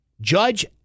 Judge